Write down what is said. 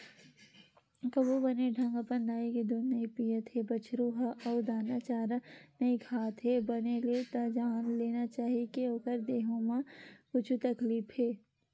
कभू बने ढंग अपन दाई के दूद नइ पियत हे बछरु ह अउ दाना चारा नइ खावत हे बने ले त जान लेना चाही के ओखर देहे म कुछु तकलीफ हे